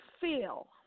feel